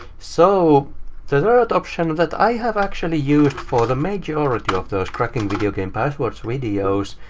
so the third option that i have actually used for the majority of those cracking videogame passwords videos,